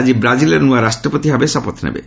ଆଜି ବ୍ରାଜିଲ୍ର ନୂଆ ରାଷ୍ଟ୍ରପତି ଭାବେ ଶପଥ ନେବେ